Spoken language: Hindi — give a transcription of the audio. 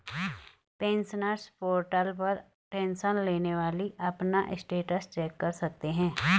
पेंशनर्स पोर्टल पर टेंशन लेने वाली अपना स्टेटस चेक कर सकते हैं